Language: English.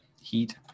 heat